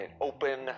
open